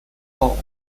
pauls